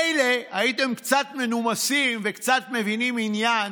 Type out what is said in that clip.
מילא אם הייתם קצת מנומסים וקצת מבינים עניין,